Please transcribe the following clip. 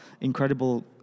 incredible